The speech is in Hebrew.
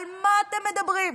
על מה אתם מדברים?